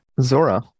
zora